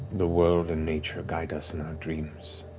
the world and nature guide us in our dreams.